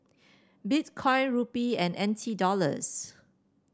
Bitcoin Rupee and N T Dollars